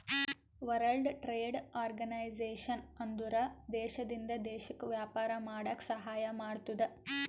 world trade organisation ಅಂದುರ್ ದೇಶದಿಂದ್ ದೇಶಕ್ಕ ವ್ಯಾಪಾರ ಮಾಡಾಕ ಸಹಾಯ ಮಾಡ್ತುದ್